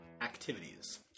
activities